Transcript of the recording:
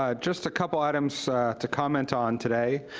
um just a couple items ah to comment on today.